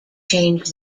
change